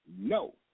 No